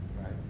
right